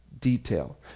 detail